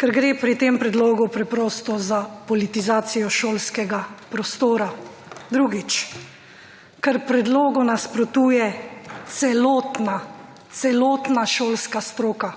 ker gre pri tem predlogu preprosto za politizacijo šolskega prostora. Drugič, ker predlogu nasprotuje celotna šolska stroka.